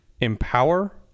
empower